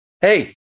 hey